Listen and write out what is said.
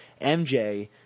MJ